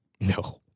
No